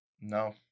No